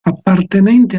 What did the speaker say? appartenente